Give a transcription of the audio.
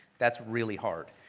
that's really hard.